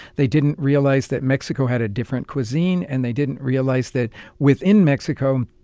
they didn't realize that mexico had a different cuisine. and they didn't realize that within mexico,